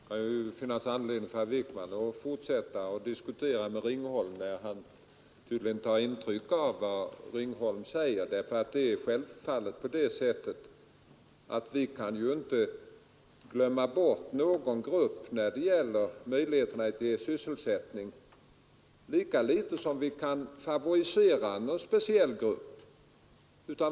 Fru talman! Det kan ju finnas anledning för herr Wijkman att fortsätta att diskutera med Ringholm när han tydligen tar intryck av vad Ringholm säger. Det är självfallet på det sättet att vi inte kan glömma bort någon grupp när det gäller möjligheterna att ge sysselsättning, lika litet som vi kan favorisera någon speciell grupp.